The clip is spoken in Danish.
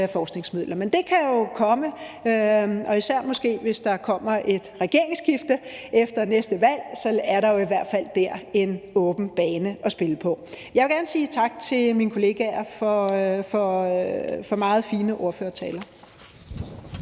forskningsmidler. Men det kan jo komme – og måske især hvis der kommer et regeringsskifte efter næste valg. Sådan er der jo i hvert fald dér en åben bane at spille på. Jeg vil gerne sige tak til mine kollegaer for meget fine ordførertaler.